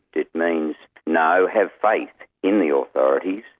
it means no, have faith in the authorities,